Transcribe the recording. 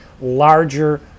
larger